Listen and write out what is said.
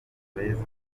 beza